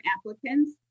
applicants